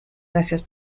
gracias